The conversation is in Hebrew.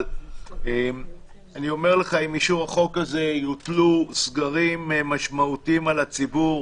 אבל אני אומר לך שעם אישור החוק הזה יוטלו סגרים משמעותיים על הציבור.